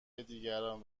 دیگران